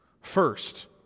First